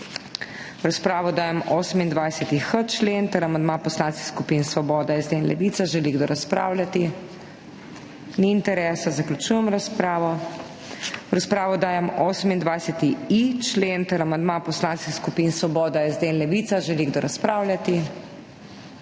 V razpravo dajem 28.h člen ter amandma poslanskih skupin Svoboda, SD in Levica. Želi kdo razpravljati? Ni interesa. Zaključujem razpravo. V razpravo dajem 28.i člen ter amandma poslanskih skupin Svoboda, SD in Levica. Želi kdo razpravljati?